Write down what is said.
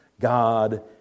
God